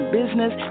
business